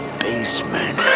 basement